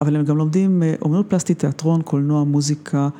אבל הם גם לומדים אומנות פלסטית, תיאטרון, קולנוע, מוזיקה.